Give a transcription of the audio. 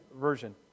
Version